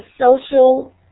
social